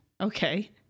Okay